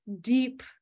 deep